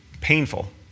painful